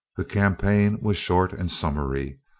the campaign was short and summary.